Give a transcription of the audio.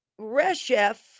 Reshef